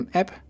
app